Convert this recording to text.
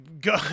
Go